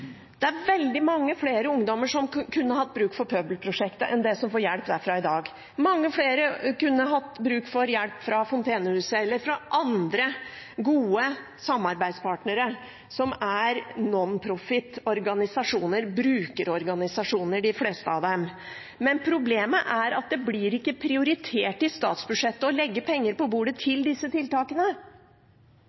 Det er veldig mange flere ungdommer som kunne hatt bruk for Pøbelprosjektet, enn de som får hjelp derfra i dag. Mange flere kunne hatt bruk for hjelp fra Fontenehuset eller fra andre gode samarbeidspartnere, som er non profit-organisasjoner og brukerorganisasjoner de fleste av dem. Men problemet er at det blir ikke prioritert å legge penger på bordet til disse tiltakene